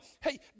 Hey